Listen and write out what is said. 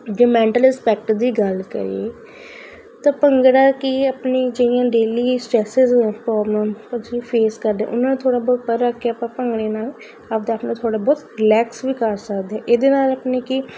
ਜੇ mental aspect ਦੀ ਗੱਲ ਕਰੀਏ ਤਾਂ ਭੰਗੜਾ ਕਿ ਆਪਣੀ ਜਿਹੜੀਆਂ ਡੇਲੀ ਸਟਰੈਸਸ ਦੀਆਂ ਪ੍ਰੋਬਲਮ ਅਸੀਂ ਫੇਸ ਕਰਦੇ ਹਾਂ ਉਹਨਾਂ ਨੂੰ ਥੋੜ੍ਹਾ ਬਹੁਤ ਉੱਪਰ ਰੱਖ ਕੇ ਆਪਾਂ ਭੰਗੜੇ ਨਾਲ ਆਪਦਾ ਐਟਮੋਸਫੀਅਰ ਥੋੜ੍ਹਾ ਬਹੁਤ ਰਿਲੈਕਸ ਵੀ ਕਰ ਸਕਦੇ ਇਹਦੇ ਨਾਲ ਆਪਣੇ ਕਿ